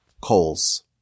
coals